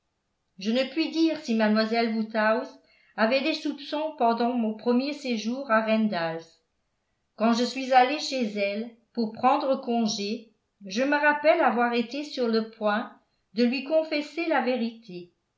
je ne puis dire si mlle woodhouse avait des soupçons pendant mon premier séjour à randalls quand je suis allé chez elle pour prendre congé je me rappelle avoir été sur le point de lui confesser la vérité